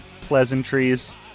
pleasantries